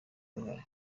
uruhare